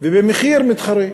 ובמחיר מתחרה,